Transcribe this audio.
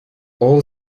all